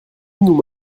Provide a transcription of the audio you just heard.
nous